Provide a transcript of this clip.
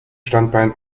standbein